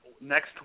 Next